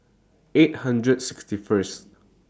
eight hundred sixty First